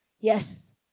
yes